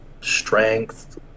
strength